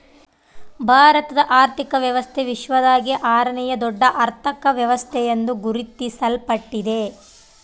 ಭಾರತದ ಆರ್ಥಿಕ ವ್ಯವಸ್ಥೆ ವಿಶ್ವದಾಗೇ ಆರನೇಯಾ ದೊಡ್ಡ ಅರ್ಥಕ ವ್ಯವಸ್ಥೆ ಎಂದು ಗುರುತಿಸಲ್ಪಟ್ಟಿದೆ